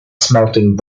smelting